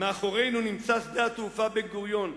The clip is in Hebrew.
"מאחורינו נמצא שדה התעופה בן-גוריון,